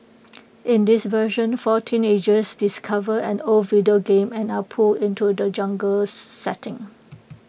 in this version four teenagers discover an old video game and are pulled into the jungle setting